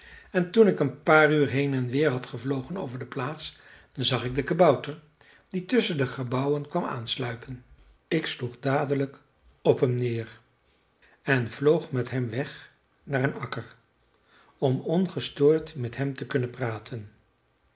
en toen ik een paar uur heen en weer had gevlogen over de plaats zag ik den kabouter die tusschen de gebouwen kwam aansluipen ik sloeg dadelijk op hem neer en vloog met hem weg naar een akker om ongestoord met hem te kunnen praten